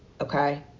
Okay